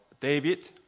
David